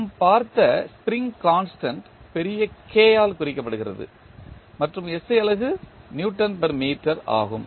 நாம் பார்த்த spring constant பெரிய K ஆல் குறிக்கப்படுகிறது மற்றும் SI அலகு நியூட்டன்மீட்டர் Newtonmeter ஆகும்